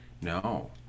No